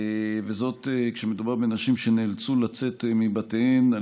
וזאת כשמדובר בנשים שנאלצו לצאת מבתיהן על